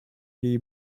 jej